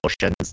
emotions